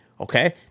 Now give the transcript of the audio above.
Okay